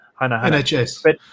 NHS